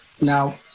now